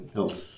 else